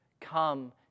Come